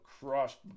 crushed